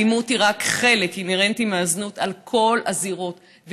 האלימות היא רק חלק אינהרנטי של הזנות בכל הזירות,